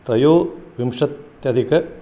त्रयोविंशत्यधिक